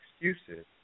excuses